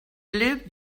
lived